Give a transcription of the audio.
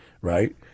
right